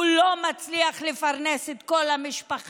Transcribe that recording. הוא לא מצליח לפרנס את כל המשפחה,